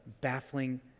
baffling